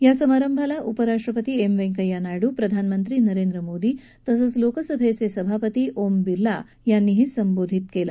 या समारंभाला उपराष्ट्रपती एम व्यंकय्या नायडू प्रधानमंत्री नरेंद्र मोदी तसंच लोकसभेचे सभापती ओम बिर्ला उपस्थित होते